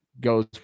goes